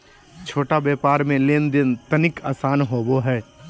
छोट व्यापार मे लेन देन तनिक आसान होवो हय